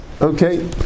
okay